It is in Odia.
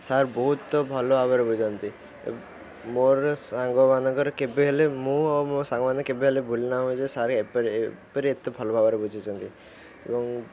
ସାର୍ ବହୁତ ଭଲ ଭାବରେ ବୁଝାନ୍ତି ମୋର ସାଙ୍ଗମାନଙ୍କରେ କେବେ ହେଲେ ମୁଁ ଆଉ ମୋ ସାଙ୍ଗମାନେ କେବେ ହେଲେ ଭୁଲିନାହୁଁ ଯେ ସାର୍ ଏପରି ଏପରି ଏତେ ଭଲ ଭାବରେ ବୁଝାଇଛନ୍ତି ଏବଂ